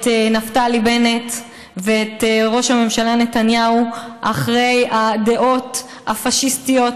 נפתלי בנט ואת ראש הממשלה נתניהו אחרי הדעות הפאשיסטיות,